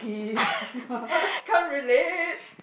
can't relate